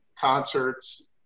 concerts